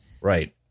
Right